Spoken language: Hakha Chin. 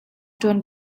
ṭuan